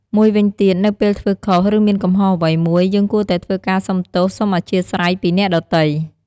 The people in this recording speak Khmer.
មួយវិញទៀតនៅពេលធ្វើខុស ឬ មានកំហុសអ្វីមួយ យើងគួរតែធ្វើការសុំទោស សុំំអធ្យាស្រ័យពីអ្នកដទៃ។